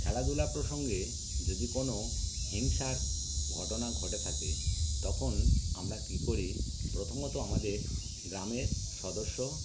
খেলাধুলা প্রসঙ্গে যদি কোনো হিংসার ঘটনা ঘটে থাকে তখন আমরা কী করি প্রথমত আমাদের গ্রামের সদস্য